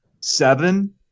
seven